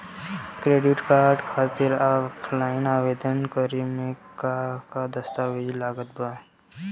Credit card खातिर offline आवेदन करे म का का दस्तवेज लागत बा?